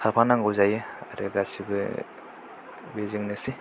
थाफानांगौ जायो आरो गासैबो बेजोंनोसै